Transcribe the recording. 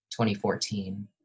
2014